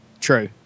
True